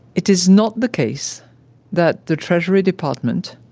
it is not the case that the treasury department,